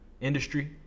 industry